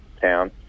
town